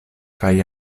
kaj